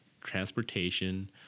transportation